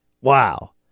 Wow